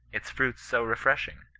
its fruits so refreshing,